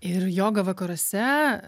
ir joga vakaruose